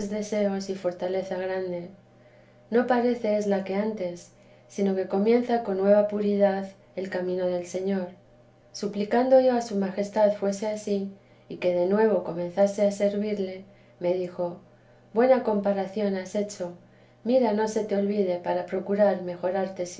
deseos y fortaleza grande no parece es la que antes sino que comienza con nueva puridad el camino del señor suplicando yo a su majestad fuese ansí y que de nuevo comenzase yo a servirle me dijo buena comparación has hecho mira no se te olvide para procurar mejorarte